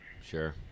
Sure